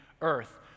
earth